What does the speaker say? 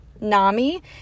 NAMI